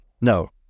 No